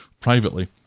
Privately